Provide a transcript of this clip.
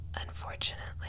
Unfortunately